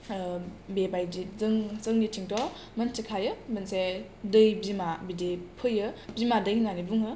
बेबायदि जों जोंनिथिंथ' मोनथिखायो मोनसे दै बिमा बिदि फैयो बिमा दै होननानै बुङो